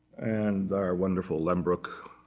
and our wonderful lehmbruck.